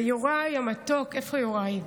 ויוראי המתוק, איפה יוראי?